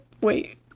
Wait